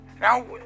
now